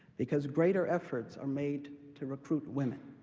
because greater efforts are made to recruit women.